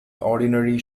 ordinary